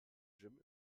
jim